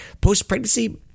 post-pregnancy